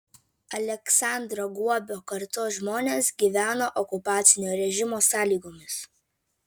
aleksandro guobio kartos žmonės gyveno okupacinio režimo sąlygomis